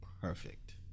perfect